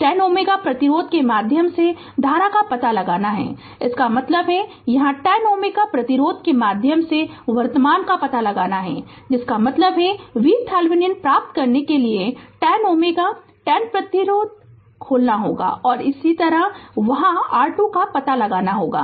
Refer Slide Time 1021 10 Ω प्रतिरोध के माध्यम से धारा का पता लगाना है इसका मतलब है यहां 10Ω प्रतिरोध के माध्यम से वर्तमान का पता लगाना है जिसका मतलब है कि VThevenin प्राप्त करने के लिए 10 Ω 10 Ω प्रतिरोध खोलना होगा और इसी तरह वहां R2 का पता लगाना होगा